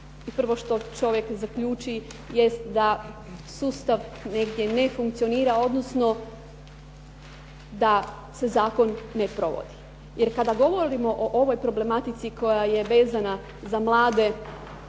I prvo što čovjek zaključi, jest da sustav negdje ne funkcionira, odnosno da se zakon ne provodi. Jer kada govorimo o ovoj problematici koja je vezana za mlade,